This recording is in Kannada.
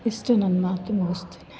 ಇಷ್ಟೆ ನನ್ನ ಮಾತು ಮುಗಿಸ್ತೀನಿ